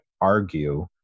argue